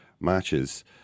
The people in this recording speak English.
matches